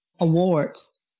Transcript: awards